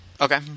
Okay